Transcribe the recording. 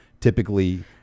typically